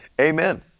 Amen